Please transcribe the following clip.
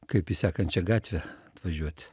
kaip į sekančią gatvę atvažiuot